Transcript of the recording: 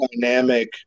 dynamic